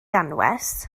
anwes